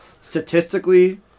statistically